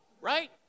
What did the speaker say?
right